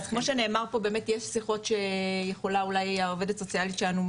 אז כמו שנאמר פה יש שיחות שיכולה אולי העו"סית שלנו,